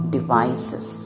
Devices